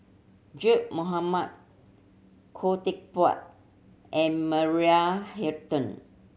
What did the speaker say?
Zaqy Mohamad Khoo Teck Puat and Maria Hertogh